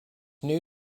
new